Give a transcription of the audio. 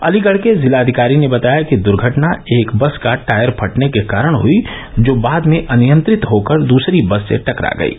अलीगढ़ के जिलाधिकारी ने बताया कि दुर्घटना एक बस का टायर फटने के कारण हुई जो बाद में अनियंत्रित होकर दूसरी बस से टकरा गयी